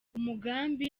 umugambi